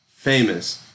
famous